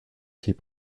keep